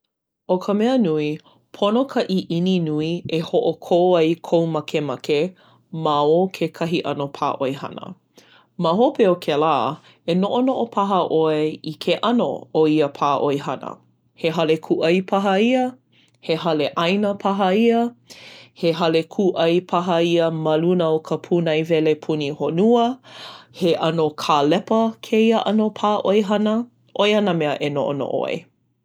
ʻO ka mea nui, pono ka ʻiʻini nui e hoʻokō ai kou makemake ma o kekahi ʻano pā ʻoihana. Ma hope o kēlā, e noʻonoʻo paha ʻoe i ke ʻano o ia pā ʻoihana. He hale kūʻai paha ia? He hale ʻaina paha ia? He hale kūʻai paha ia ma luna o ka pūnaewele puni honua? He ʻano kālepa kēia ʻano pā ʻoihana? ʻO ia nā mea e noʻonoʻo ai.